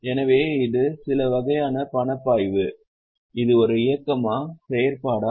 எனவே இது சில வகையான பணப்பாய்வு இது ஒரு இயக்கமா செயற்பாடா